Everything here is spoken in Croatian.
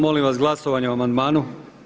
Molim vas glasovanje o amandmanu.